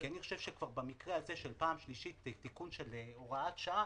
כי אני חושב שכבר במקרה הזה של פעם שלישית של תיקון של הוראת שעה,